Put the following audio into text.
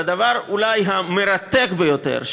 אבל הדבר המרתק ביותר,